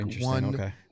one